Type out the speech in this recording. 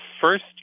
first